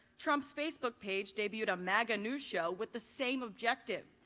trump s facebook page debuted a magga news show with the same objective.